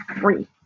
free